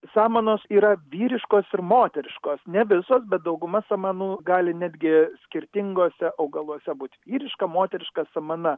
samanos yra vyriškos ir moteriškos ne visos bet dauguma samanų gali netgi skirtinguose augaluose būti vyriška moteriška samana